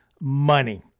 money